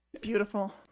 beautiful